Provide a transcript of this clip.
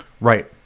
right